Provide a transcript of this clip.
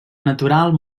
natural